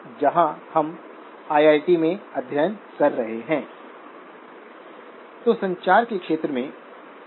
और हमारे पास R1